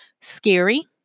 scary